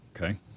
Okay